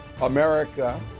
America